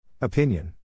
Opinion